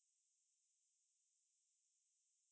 like you know 很多人有 netflix then I'm like